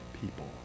people